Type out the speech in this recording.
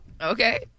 Okay